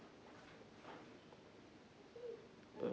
mm